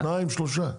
שניים-שלושה.